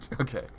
Okay